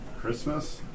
Christmas